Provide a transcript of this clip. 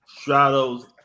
Shadows